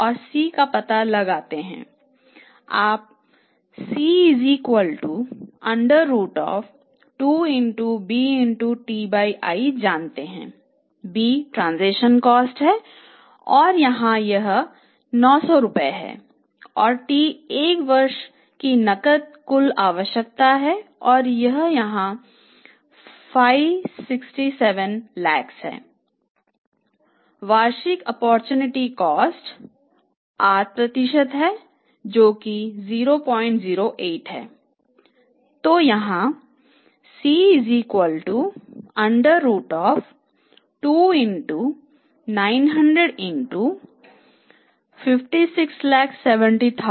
हमें C का पता लगाना है और आप Cजानते हैं b ट्रांसेक्शन कॉस्ट 8 है जो 008 है